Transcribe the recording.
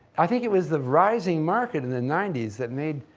i think it was the rising market in the ninety s that made,